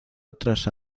otras